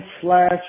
slash